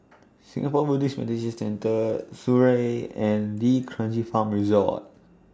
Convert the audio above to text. Singapore Buddhist Meditation Centre Surrey and D'Kranji Farm Resort